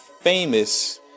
famous